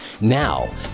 Now